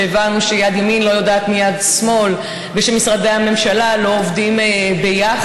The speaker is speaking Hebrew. כשהבנו שיד ימין לא יודעת מיד שמאל ושמשרדי הממשלה לא עובדים יחד,